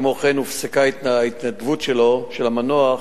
כמו כן, הופסקה ההתנדבות שלו, של המנוח,